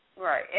Right